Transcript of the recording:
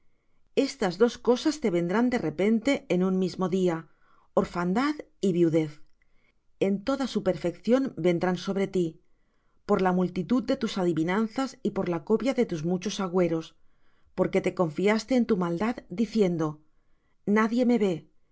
estas dos cosas te vendrán de repente en un mismo día orfandad y viudez en toda su perfección vendrán sobre ti por la multitud de tus adivinanzas y por la copia de tus muchos agüeros porque te confiaste en tu maldad diciendo nadie me ve